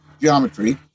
geometry